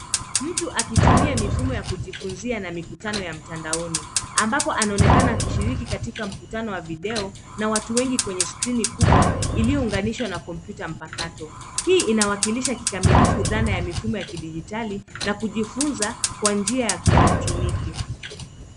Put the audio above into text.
Mtu akitumia mifumo ya kujifunzia na mikutano ya mtandaoni ambapo anaonekana akishiriki katika mkutano wa video na watu wengi kwenye skrini kubwa iliyounganishwa na kompyuta mpakato. Hii inawakilisha kikamilifu dhana ya mifumo ya kidijitali na kujifunza kwa njia ya kielektroniki.